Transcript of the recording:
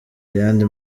ayandi